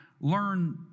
learn